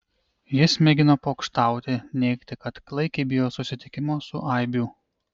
jis mėgino pokštauti neigti kad klaikiai bijo susitikimo su aibių